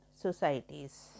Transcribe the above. societies